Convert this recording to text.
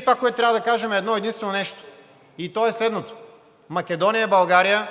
Това, което трябва да кажем, е едно-единствено нещо, и то е следното: Македония е България,